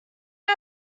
das